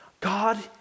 God